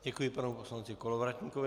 Děkuji panu poslanci Kolovratníkovi.